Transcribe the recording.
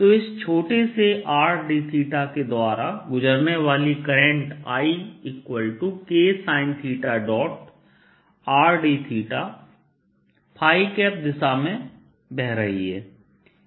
तो इस छोटे सेRd के द्वारा गुजरने वाली करंट I Ksin θRdθ दिशा में बह रही है